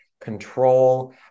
control